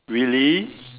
really